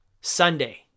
Sunday